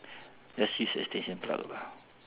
just use extension plug lah